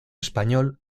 español